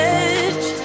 edge